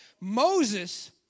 Moses